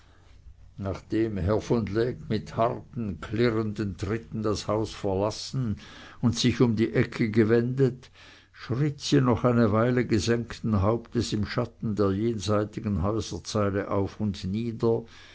nachdem herr von lecques mit harten klirrenden tritten das haus verlassen und sich um die ecke gewendet hatte schritt sie noch eine weile gesenkten hauptes im schatten der jenseitigen häuserzeile auf und nieder